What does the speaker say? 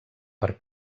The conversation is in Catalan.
per